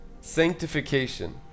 Sanctification